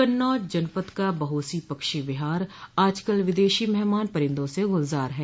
कन्नौज जनपद का बहोसी पक्षी विहार आज कल विदेशी मेहमान परिंदों से गुलजार है